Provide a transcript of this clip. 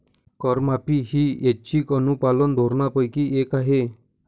करमाफी ही ऐच्छिक अनुपालन धोरणांपैकी एक आहे